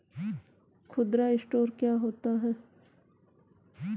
खुदरा स्टोर क्या होता है?